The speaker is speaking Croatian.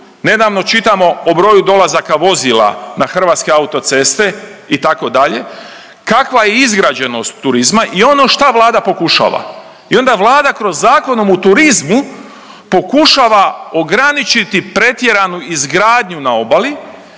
nedavno čitamo o broju dolazaka vozila na hrvatske autoceste itd., kakva je izgrađenost turizma i ono šta Vlada pokušava i onda Vlada kroz Zakonom o turizmu pokušava ograničiti pretjeranu izgradnju na obali